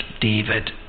David